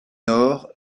nord